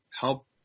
help